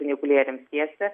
funikulieriams tiesti